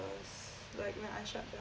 like when I shut the